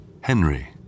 Henry